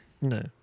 No